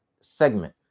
segment